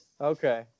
Okay